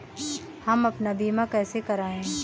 हम अपना बीमा कैसे कराए?